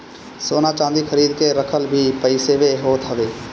सोना चांदी खरीद के रखल भी पईसवे होत हवे